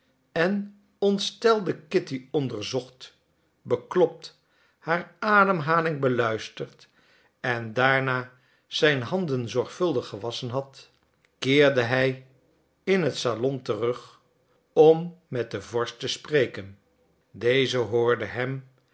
en ontstelde kitty onderzocht beklopt haar ademhaling beluisterd en daarna zijn handen zorgvuldig gewasschen had keerde hij in het salon terug om met den vorst te spreken deze hoorde hem